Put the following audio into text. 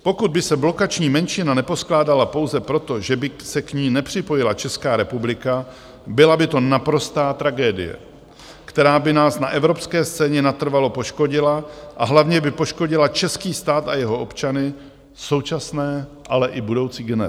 Pokud by se blokační menšina neposkládala pouze proto, že by se k ní nepřipojila Česká republika, byla by to naprostá tragédie, která by nás na evropské scéně natrvalo poškodila a hlavně by poškodila český stát a jeho občany současné, ale i budoucí generace.